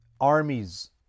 armies